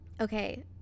okay